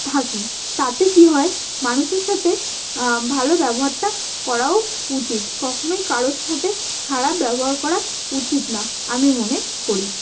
থাকি তাতে কী হয় মানুষের সাথে ভালো ব্যবহারটা করাও উচিত কখনোই কারোর সাথে খারাপ ব্যবহার করা উচিত না আমি মনে করি